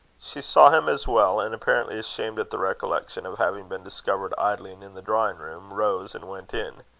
she saw him as well, and, apparently ashamed at the recollection of having been discovered idling in the drawing-room, rose and went in.